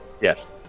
Yes